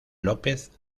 lópez